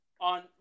on